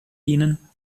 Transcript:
dienen